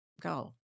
go